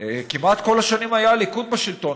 כמעט כל השנים היה הליכוד בשלטון.